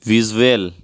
visual